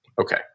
Okay